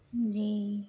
جی